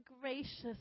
gracious